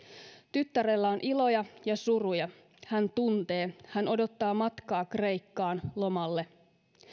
tyttärellä on iloja ja suruja hän tuntee hän odottaa matkaa kreikkaan lomalle